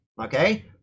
okay